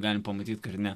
gali pamatyti kūrinį